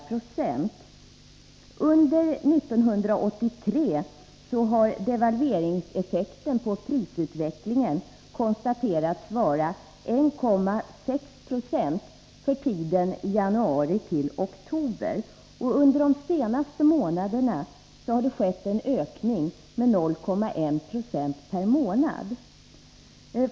För 1983 har devalveringseffekten på prisutvecklingen konstaterats vara 1,6 90 för tiden januari-oktober, och under de senaste månaderna har det skett en ökning med 0,1 90 per månad.